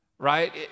right